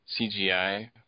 CGI